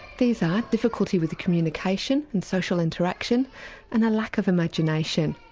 these are difficulty with communication and social interaction and a lack of imagination.